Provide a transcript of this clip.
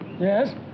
Yes